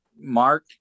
Mark